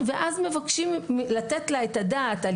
שיאפשר להורים לדעת,